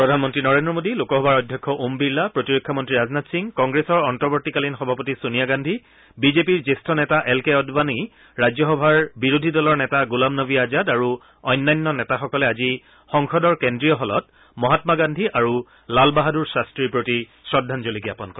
প্ৰধানমন্ত্ৰী নৰেন্দ্ৰ মোডী লোকসভাৰ অধ্যক্ষ ওম বিৰলা প্ৰতিৰক্ষা মন্ত্ৰী ৰাজনাথ সিং কংগ্ৰেছৰ অন্তৱৰ্ত্তিকালীন সভাপতি ছোনিয়া গান্ধী বিজেপিৰ জ্যেষ্ঠ নেতা এল কে আদৱানি ৰাজ্যসভাৰ বিৰোধী দলৰ নেতা গোলামনৱী আজাদ আৰু অন্যান্য নেতাসকলে আজি সংসদৰ কেন্দ্ৰীয় হলত মহাম্মা গান্ধী আৰু লাল বাহাদুৰ শাফ্ৰীৰ প্ৰতি শ্ৰদ্ধাঞ্জলি জ্ঞাপন কৰে